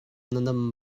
nam